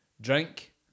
drink